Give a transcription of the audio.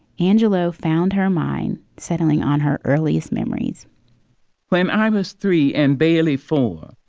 angello found her mind settling on her earliest memories when i was three and barely four,